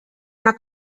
una